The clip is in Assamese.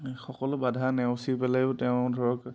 সকলো বাধা নেওচি পেলাইও তেওঁ ধৰক